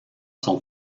son